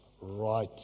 Right